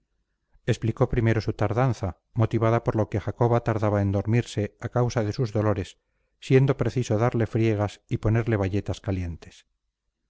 posible explicó primero su tardanza motivada por lo que jacoba tardara en dormirse a causa de sus dolores siendo preciso darle friegas y ponerle bayetas calientes